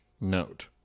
note